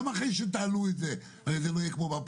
גם אחרי שתעלו את זה הרי זה לא יהיה בפרטי,